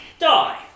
Die